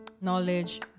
knowledge